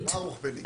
ברוך בן יגאל.